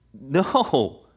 No